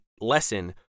lesson